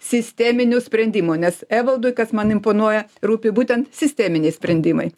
sisteminių sprendimų nes evaldui kas man imponuoja rūpi būtent sisteminiai sprendimai